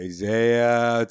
Isaiah